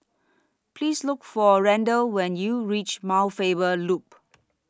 Please Look For Randall when YOU REACH Mount Faber Loop